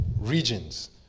regions